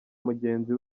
mugenzi